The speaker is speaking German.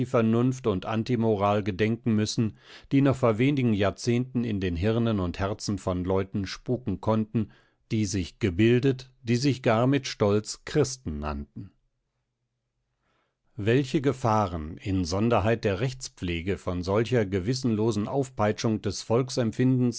und antimoral gedenken müssen die noch vor wenigen jahrzehnten in den hirnen und herzen von leuten spuken konnten die sich gebildet die sich gar mit stolz christen nannten welche gefahren insonderheit der rechtspflege von solcher gewissenlosen aufpeitschung des volksempfindens